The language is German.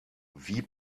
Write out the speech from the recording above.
wie